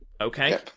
Okay